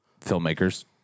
filmmakers